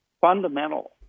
fundamental